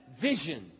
vision